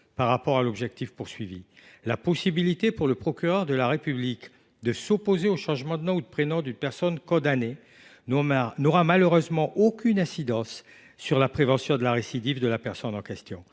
par rapport à l’objectif visé. La possibilité pour le procureur de la République de s’opposer au changement de nom ou de prénom d’une personne condamnée n’aura malheureusement aucune incidence sur la prévention de la récidive de cette dernière.